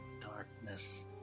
darkness